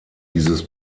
dieses